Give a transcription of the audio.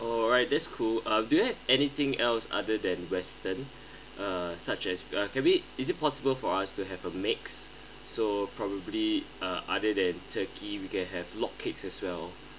alright that's cool uh do you have anything else other than western uh such as uh can we is it possible for us to have a mix so probably uh other than turkey we can have log cakes as well